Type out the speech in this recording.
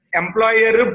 employer